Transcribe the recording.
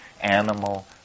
animal